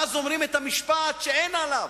ואז אומרים את המשפט שאין עליו: